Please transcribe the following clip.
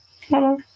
Hello